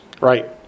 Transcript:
Right